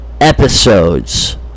episodes